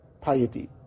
piety